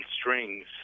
strings